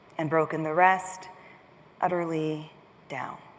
and broken the rest utterly down.